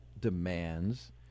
demands